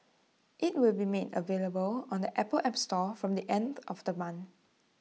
IT will be made available on the Apple app store from the end of the month